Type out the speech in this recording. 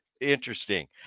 interesting